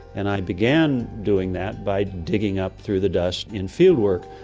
and i began doing that by digging up through the dust in fieldwork.